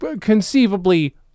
conceivably